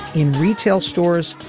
in retail stores.